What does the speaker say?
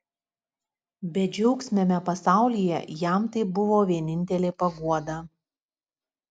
bedžiaugsmiame pasaulyje jam tai buvo vienintelė paguoda